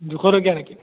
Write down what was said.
দুশ টকীয়া নেকি